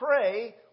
Pray